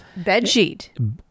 bedsheet